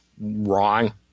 wrong